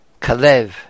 Kalev